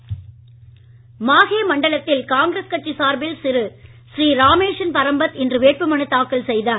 மனு தாக்கல் மாகே மண்டலத்தில் காங்கிரஸ் கட்சி சார்பில் ஸ்ரீ ரமேஷன் பரம்பத் இன்று வேட்பு மனு தாக்கல் செய்தார்